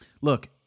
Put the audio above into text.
look